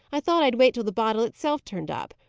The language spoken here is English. i thought i'd wait till the bottle itself turned up.